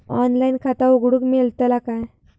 Online खाता उघडूक मेलतला काय?